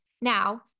Now